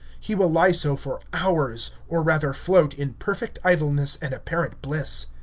he will lie so for hours, or rather float, in perfect idleness and apparent bliss.